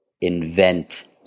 invent